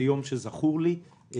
זה יום שזכור לי מאוד,